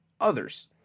others